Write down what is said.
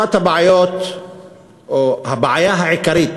אחת הבעיות או הבעיה העיקרית